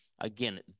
again